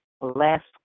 Last